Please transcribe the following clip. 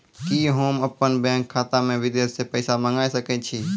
कि होम अपन बैंक खाता मे विदेश से पैसा मंगाय सकै छी?